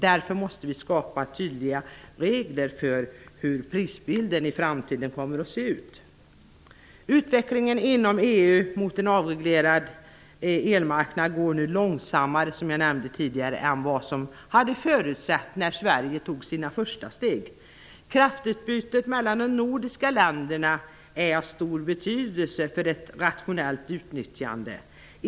Därför måste vi skapa tydliga regler för hur prisbilden skall se ut i framtiden. Utvecklingen inom EU mot en avreglerad elmarknad går nu långsammare, som jag nämnde tidigare, än vad man hade förutsatt när Sverige tog sina första steg. Kraftutbytet mellan de nordiska länderna är av stor betydelse för ett rationellt utnyttjande.